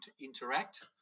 interact